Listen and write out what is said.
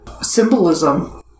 symbolism